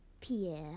Pierre